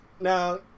Now